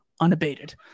unabated